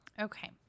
okay